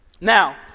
Now